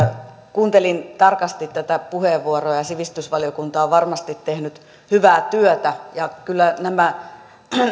kuuntelin tarkasti tätä puheenvuoroa ja sivistysvaliokunta on varmasti tehnyt hyvää työtä ja kyllä nämä